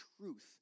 truth